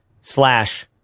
slash